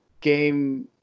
game